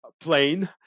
plane